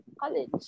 college